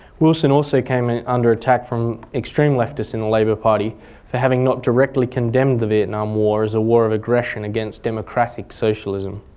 wilson also came and under attack from extreme leftists in the labour party for having not directly condemned the vietnam war as a war of aggression against democratic socialism.